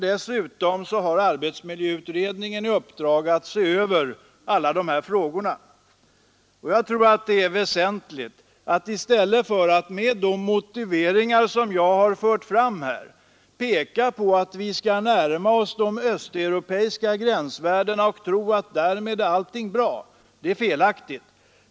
Dessutom har arbetsmiljöutredningen i uppdrag att se över alla dessa frågor. Att med de motiveringar som jag har fört fram här peka på att vi skall närma oss de östeuropeiska gränsvärdena och inbilla oss att därmed är allting bra, tror jag är felaktigt.